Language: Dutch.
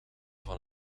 van